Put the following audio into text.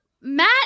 Matt